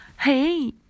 Hey